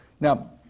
Now